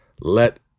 let